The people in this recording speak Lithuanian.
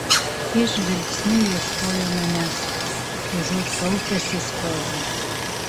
jis žvilgsniu ieškojo manęs užuot kaupęsis kovai